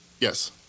Yes